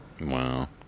Wow